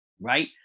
right